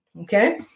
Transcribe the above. okay